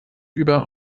über